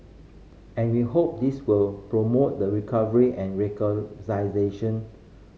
and we hope this will promote the recovery and